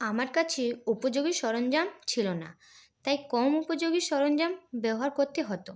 আমার কাছে উপযোগী সরঞ্জাম ছিলো না তাই কম উপযোগী সরঞ্জাম ব্যবহার করতে হতো